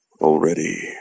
Already